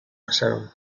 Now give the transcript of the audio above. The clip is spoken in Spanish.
pasaron